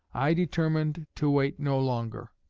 i determined to wait no longer.